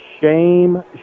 shame